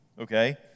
Okay